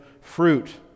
fruit